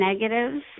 negatives